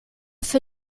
für